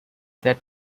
that